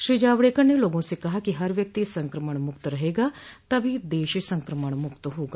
श्री जावडकर ने लोगों से कहा कि हर व्यक्ति संक्रमण मुक्त रहेगा तभी देश संक्रमण मुक्त होगा